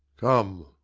come,